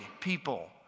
people